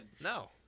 No